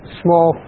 small